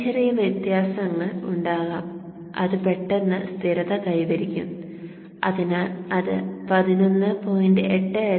ചില ചെറിയ വ്യത്യാസങ്ങൾ ഉണ്ടാകാം അത് പെട്ടെന്ന് സ്ഥിരത കൈവരിക്കും അതിനാൽ അത് 11